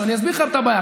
אסביר לכם את הבעיה.